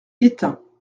étain